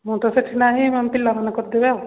ମୁଁ ତ ସେଠି ନାହିଁ ପିଲାମାନଙ୍କ କତିରେ ଆଉ